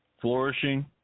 flourishing